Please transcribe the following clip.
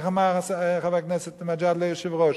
איך אמר חבר הכנסת מג'אדלה, היושב-ראש?